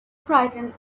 frightened